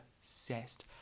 obsessed